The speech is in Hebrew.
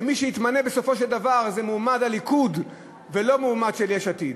שמי שיתמנה בסופו של דבר זה מועמד הליכוד ולא מועמד של יש עתיד.